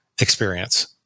experience